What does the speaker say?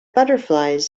butterflies